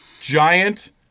Giant